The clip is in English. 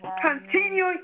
Continue